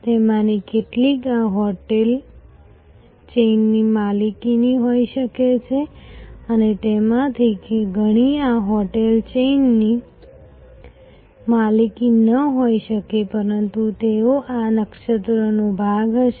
તેમાંથી કેટલીક આ હોટેલ ચેઈનની માલિકીની હોઈ શકે છે અને તેમાંથી ઘણી આ હોટેલ ચેઈનની માલિકીની ન હોઈ શકે પરંતુ તેઓ આ નક્ષત્રનો ભાગ હશે